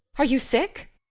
are you sick?